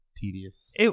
tedious